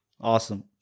Awesome